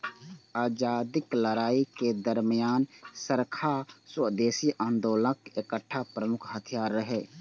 आजादीक लड़ाइ के दरमियान चरखा स्वदेशी आंदोलनक एकटा प्रमुख हथियार रहै